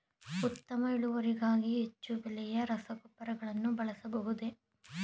ಉತ್ತಮ ಇಳುವರಿಗಾಗಿ ಹೆಚ್ಚು ಬೆಲೆಯ ರಸಗೊಬ್ಬರಗಳನ್ನು ಬಳಸಬಹುದೇ?